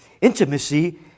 intimacy